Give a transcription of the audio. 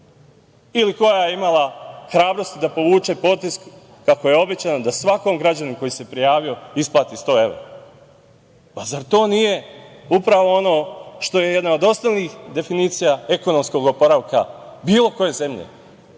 ili koja je imala hrabrosti da povuče potez, kako je obećano, da svakom građaninu koji se prijavio isplati 100 evra? Zar to nije upravo ono što je jedna od osnovnih definicija ekonomskog oporavka bilo koje zemlje,